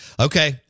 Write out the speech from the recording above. Okay